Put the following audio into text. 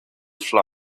flock